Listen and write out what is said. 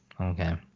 Okay